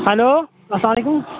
hello اسلام علیکُم